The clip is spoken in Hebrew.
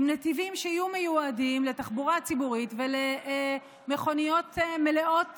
עם נתיבים שיהיו מיועדים לתחבורה ציבורית ולמכוניות מלאות